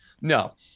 No